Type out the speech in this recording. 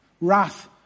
wrath